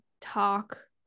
talk